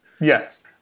yes